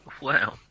Wow